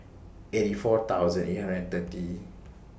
eighty four thousand eight hundred and thirty